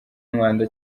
umwanda